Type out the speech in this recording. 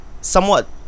somewhat